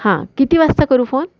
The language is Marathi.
हां किती वाजता करू फोन